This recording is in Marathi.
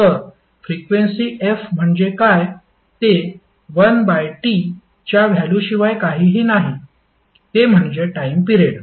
तर फ्रिक्वेन्सी f म्हणजे काय ते 1 T च्या व्हॅल्युशिवाय काहीही नाही ते म्हणजे टाइम पिरेड